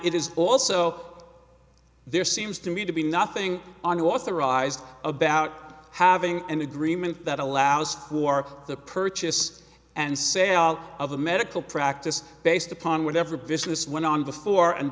it is also there seems to me to be nothing on the authorized about having an agreement that allows for the purchase and sale of a medical practice based upon whatever business went on before and